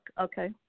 Okay